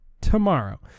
tomorrow